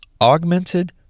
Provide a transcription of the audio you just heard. Augmented